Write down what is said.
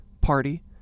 party